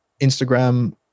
Instagram